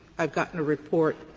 i've gotten a report,